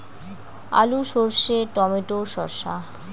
আলু সর্ষে টমেটো শসা